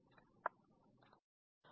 അതിനാൽ ഞാൻ അത് മായ്ക്കട്ടെ